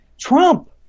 Trump